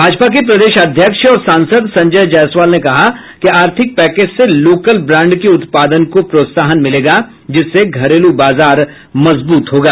भाजपा के प्रदेश अध्यक्ष और सांसद संजय जायसवाल ने कहा कि आर्थिक पैकेज से लोकल ब्रांड के उत्पादन को प्रोत्साहन मिलेगा जिससे घरेलू बाजार मजबूत होगा